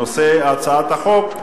נושא הצעת החוק,